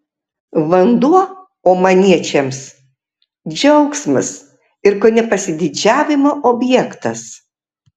vanduo omaniečiams džiaugsmas ir kone pasididžiavimo objektas